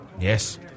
Yes